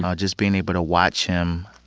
um just being able to watch him,